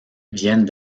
viennent